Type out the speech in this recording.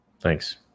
Thanks